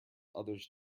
others